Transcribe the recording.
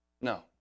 No